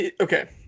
okay